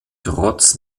trotz